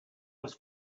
was